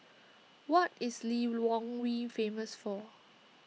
what is Lilongwe famous for